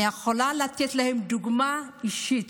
אני יכולה לתת להם דוגמה אישית